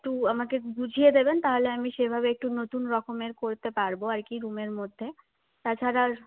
একটু আমাকে বুঝিয়ে দেবেন তাহলে আমি সেভাবে একটু নতুন রকমের করতে পারবো আর কি রুমের মধ্যে তাছাড়া